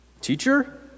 Teacher